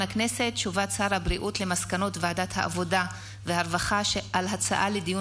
הודעת שר הבריאות על מסקנות ועדת העבודה והרווחה בעקבות